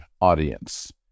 audience